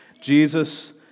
Jesus